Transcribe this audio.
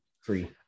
free